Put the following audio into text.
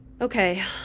Okay